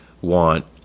want